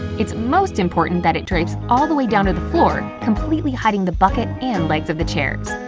it's most important that it drapes all the way down to the floor, completely hiding the bucket and legs of the chairs.